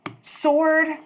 Sword